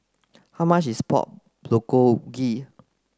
how much is Pork Bulgogi